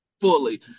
fully